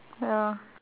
ya